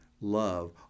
love